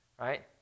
right